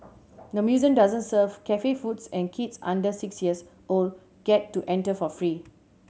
the museum doesn't serve cafe foods and kids under six years old get to enter for free